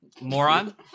Moron